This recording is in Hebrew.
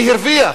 מי הרוויח?